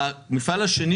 המפעל השני,